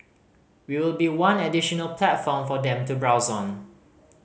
we will be one additional platform for them to browse on